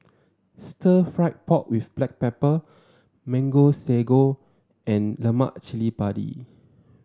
Stir Fried Pork with Black Pepper Mango Sago and Lemak Cili Padi